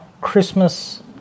Christmas